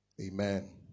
Amen